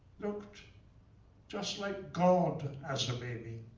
looked just like god as a baby.